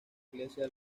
iglesia